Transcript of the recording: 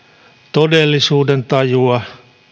todellisuudentajua